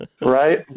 Right